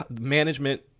management